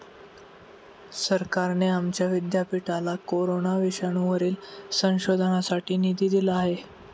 सरकारने आमच्या विद्यापीठाला कोरोना विषाणूवरील संशोधनासाठी निधी दिला आहे